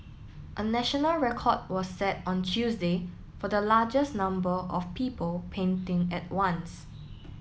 a national record was set on Tuesday for the largest number of people painting at once